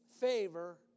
favor